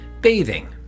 Bathing